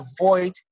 avoid